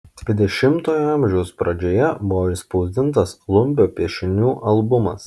dvidešimtojo amžiaus pradžioje buvo išspausdintas lumbio piešinių albumas